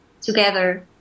together